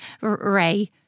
Ray